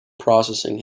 processing